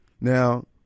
Now